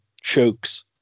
chokes